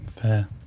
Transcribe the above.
Fair